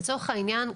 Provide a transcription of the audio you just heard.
לצורך העניין,